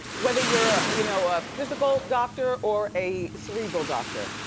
whether you're a you know a physical doctor, or a cerebral doctor.